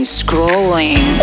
scrolling